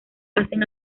hacen